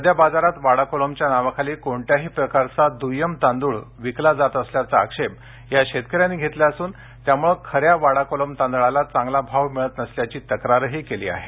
सध्या बाजारात वाडा कोलम च्या नावाखाली कोणत्याही प्रकारचा द्य्यम तांदूळ विकला जात असल्याचा आक्षेप या शेतकऱ्यांनी घेतला असून त्यामूळं खन्या वाडा कोलम तांदळाला चांगला भाव मिळत नसल्याची तक्रारही त्यांनी केली आहे